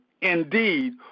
indeed